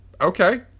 okay